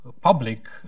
public